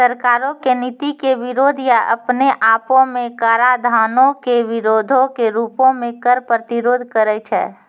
सरकारो के नीति के विरोध या अपने आपो मे कराधानो के विरोधो के रूपो मे कर प्रतिरोध करै छै